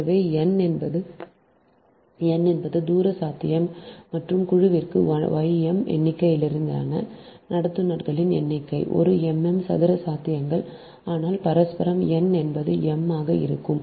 எனவே n என்பது n என்பது சதுர சாத்தியம் மற்றும் குழுவிற்கு y m எண்ணிக்கையிலான நடத்துனர்களின் எண்ணிக்கை ஒரு m m சதுர சாத்தியங்கள் ஆனால் பரஸ்பரம் n என்பது m ஆக இருக்கும்